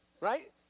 Right